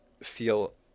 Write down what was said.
feel